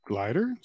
Glider